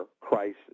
crisis